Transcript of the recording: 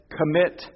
commit